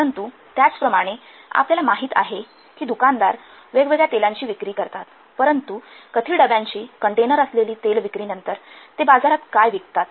तर त्याचप्रमाणे आपल्याला माहिती आहे की दुकानदार वेगवेगळ्या तेलांची विक्री करतात परंतु परंतु कथील डब्यांची कंटेनर असलेली तेले विक्रीनंतर ते बाजारात काय ते विकतात